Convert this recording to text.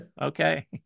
Okay